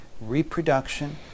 reproduction